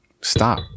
stop